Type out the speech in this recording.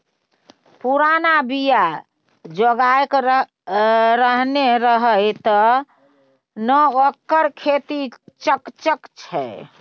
पुरना बीया जोगाकए रखने रहय तें न ओकर खेती चकचक छै